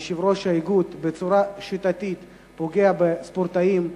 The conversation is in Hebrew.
יושב-ראש האיגוד, בצורה שיטתית, פוגע בספורטאים.